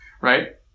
right